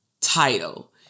title